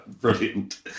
brilliant